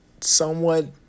somewhat